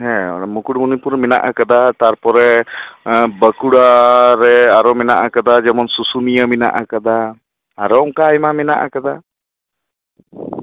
ᱦᱮᱸ ᱚᱱᱟ ᱢᱩᱠᱩᱴᱢᱩᱱᱤᱯᱩᱨ ᱢᱮᱱᱟᱜ ᱟᱠᱟᱫᱟ ᱛᱟᱨᱯᱚᱨᱮ ᱵᱟᱸᱠᱩᱲᱟ ᱨᱮ ᱟᱨᱳ ᱢᱮᱱᱟ ᱟᱠᱟᱫᱟ ᱡᱮᱢᱚᱱ ᱥᱩᱥᱩᱱᱤᱭᱟᱹ ᱢᱮᱱᱟ ᱟᱠᱟᱫᱟ ᱟᱨᱚ ᱚᱱᱠᱟ ᱮᱢᱟᱱ ᱢᱮᱱᱟᱜ ᱟᱠᱟᱫᱟ